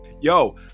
Yo